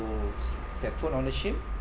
s~ set foot on the ship